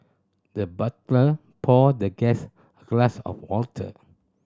the butler poured the guest glass of water